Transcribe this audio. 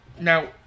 Now